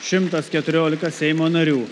šimtas keturiolika seimo narių